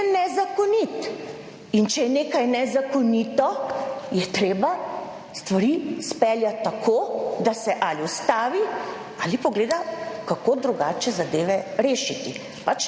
nezakonit. In če je nekaj nezakonito, je treba stvari speljati tako, da se ali ustavi ali pogleda kako drugače zadeve rešiti.